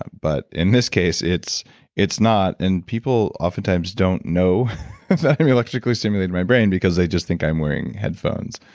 but, in this case, it's it's not. and people, oftentimes, don't know that i'm electrically stimulating my brain, because they just think i'm wearing headphones,